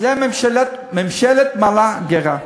אז זה, ממשלה מעלה גירה.